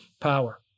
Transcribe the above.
power